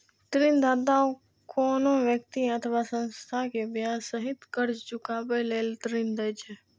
ऋणदाता कोनो व्यक्ति अथवा संस्था कें ब्याज सहित कर्ज चुकाबै लेल ऋण दै छै